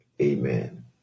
Amen